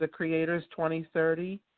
thecreators2030